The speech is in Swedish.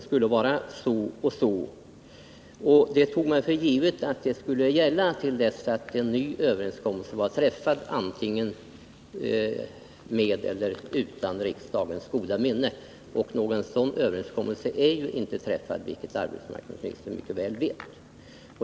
Man tog för givet att denna överenskommelse skulle gälla till dess att en ny var träffad antingen med eller utan riksdagens goda minne. Och någon sådan ny överenskommelse är ju inte träffad, vilket arbetsmarknadsministern mycket väl vet.